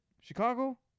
Chicago